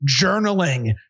Journaling